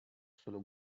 solo